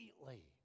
completely